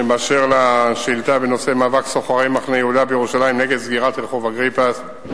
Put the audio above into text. באשר לשאילתא בנושא מאבק סוחרי מחנה-יהודה נגד סגירת רחוב אגריפס,